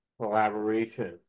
collaboration